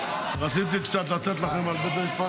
רציתי לתת לכם קצת על בתי משפט